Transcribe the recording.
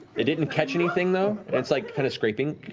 it didn't catch anything, though, and it's like kind of scraping.